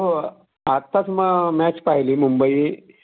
हो आत्ताच म मॅच पाहिली मुंबई